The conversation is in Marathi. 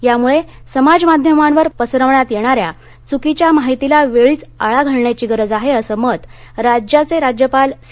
त्यामुळे समाजमाध्यमावर पसरविण्यात येणाऱ्या चुकीच्या माहितीला वेळीच आळा घालण्याची गरज आहे असं मत राज्याचे राज्यपाल चे